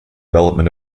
development